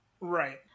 right